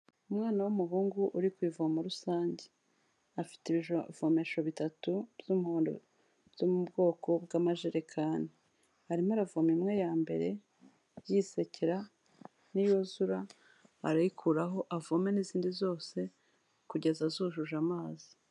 Umwana w'umuhungu uri ku ivomo rusange, afite ibivomesho bitatu by'umuntu byo mu bwoko bw'amajerekani, arimo aravomo imwe ya mbere yisekera, niyuzura arayikuraho avome n'izindi zose kugeza zujuje amazi.